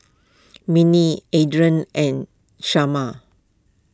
Mindi andrae and